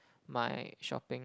my shopping